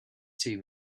two